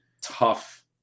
tough